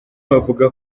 bavuga